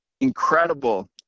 incredible